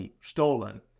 stolen